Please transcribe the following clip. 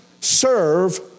serve